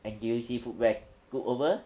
N_T_U_C foodfare took over